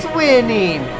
winning